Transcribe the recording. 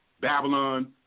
Babylon